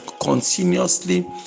continuously